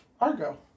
Argo